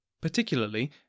particularly